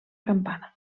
campana